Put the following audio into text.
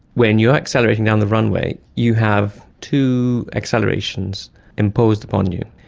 when you are accelerating down the runway you have two accelerations imposed upon you.